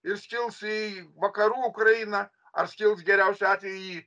ir skils į vakarų ukrainą ar skils geriausiu atveju į